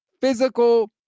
physical